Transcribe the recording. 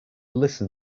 listen